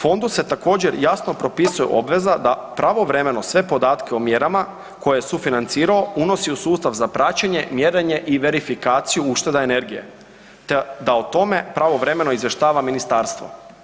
Fondu se također jasno propisuje obveza da pravovremeno sve podatke o mjerama koje je sufinancirao unosi u sustav za praćenje, mjerenje i verifikaciju ušteda energije te da o tome pravovremeno izvještava ministarstvo.